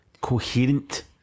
coherent